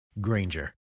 granger